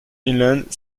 inland